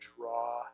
draw